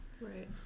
Right